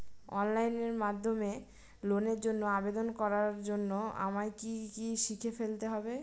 Online মাধ্যমে লোনের জন্য আবেদন করার জন্য আমায় কি কি শিখে ফেলতে হবে?